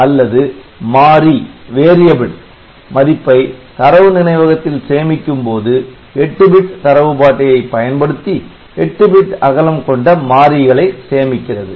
அல்லது மாறி மதிப்பை தரவு நினைவகத்தில் சேமிக்கும்போது 8 பிட் தரவு பாட்டையை பயன்படுத்தி 8 பிட் அகலம் கொண்ட மாறிகளை சேமிக்கிறது